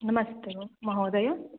नमस्ते ओ महोदय